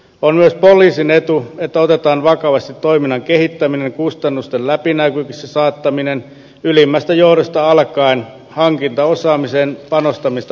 on myös poliisin etu että otetaan vakavasti toiminnan kehittäminen kustannusten läpinäkyväksi saattaminen ylimmästä johdosta alkaen hankintaosaamiseen panostamista unohtamatta